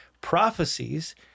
prophecies